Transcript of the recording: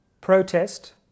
protest